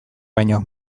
baino